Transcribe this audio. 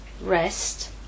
rest